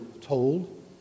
told